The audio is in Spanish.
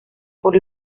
por